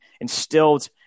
instilled